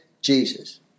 Jesus